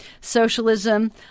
Socialism